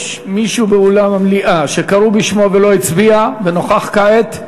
יש מישהו באולם המליאה שקראו בשמו ולא הצביע ונוכח כעת?